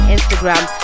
Instagram